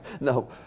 No